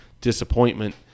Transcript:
disappointment